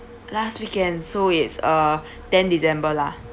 last weekend so it's uh tenth december lah